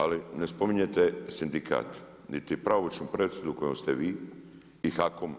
Ali, ne spominjete sindikat, niti pravomoćnu presudu kojom ste vi i HAKOM